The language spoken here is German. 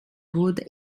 wurde